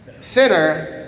sinner